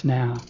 now